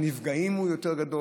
מספר הנפגעים גדול יותר.